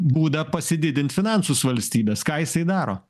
būdą pasididint finansus valstybės ką jisai daro